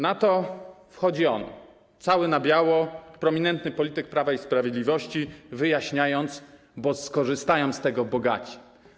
Na to wchodzi on, cały na biało, prominentny polityk Prawa i Sprawiedliwości, wyjaśniając: bo skorzystają z tego bogaci.